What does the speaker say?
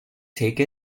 take